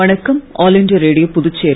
வணக்கம் all India Radio Puducherry